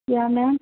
क्या मैम